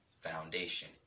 foundation